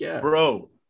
bro